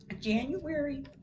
January